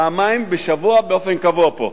פעמיים בשבוע, באופן קבוע פה.